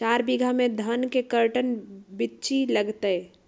चार बीघा में धन के कर्टन बिच्ची लगतै?